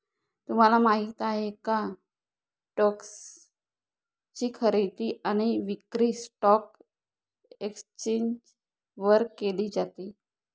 तुम्हाला माहिती आहे का? स्टोक्स ची खरेदी आणि विक्री स्टॉक एक्सचेंज वर केली जाते